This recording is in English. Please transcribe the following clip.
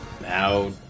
Now